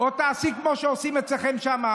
או תעשי כמו שעושים אצלכם שם,